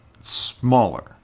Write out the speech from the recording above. smaller